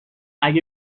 اگه